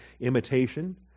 imitation